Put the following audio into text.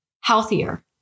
healthier